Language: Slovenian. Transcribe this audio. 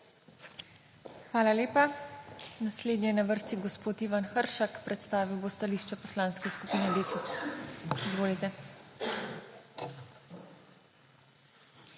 Hvala lepa. Naslednji je na vrsti gospod Ivan Hršak. Predstavil bo stališče Poslanske skupine Desus. Izvolite.